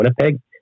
Winnipeg